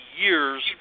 years